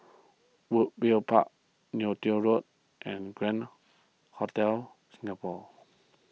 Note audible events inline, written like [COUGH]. [UNINTELLIGIBLE] Park Neo Tiew Road and Grand [UNINTELLIGIBLE] Singapore